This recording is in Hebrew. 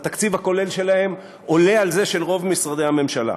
התקציב הכולל שלהם עולה על זה של רוב משרדי הממשלה,